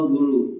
Guru